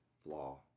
flaw